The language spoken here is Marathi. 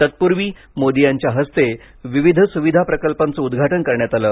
तत्पूर्वी मोदी यांच्या हस्ते विविध सुविधा प्रकल्पांचं उद्घाटन करण्यात आलं